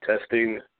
Testing